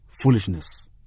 foolishness